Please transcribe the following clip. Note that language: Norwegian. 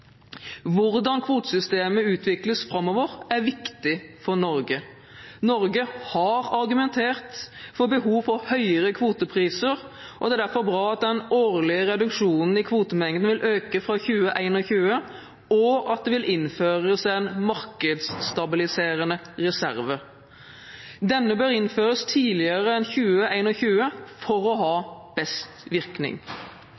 Hvordan kvotesystemet utvikles framover er viktig for Norge. Norge har argumentert for behov for høyere kvotepriser, og det er derfor bra at den årlige reduksjonen i kvotemengden vil øke fra 2021, og at det vil innføres en markedsstabiliserende reserve. Denne bør innføres tidligere enn 202l for å